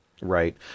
Right